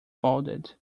folded